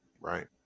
right